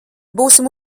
būsim